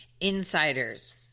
insiders